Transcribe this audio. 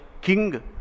king